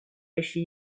почти